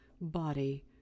body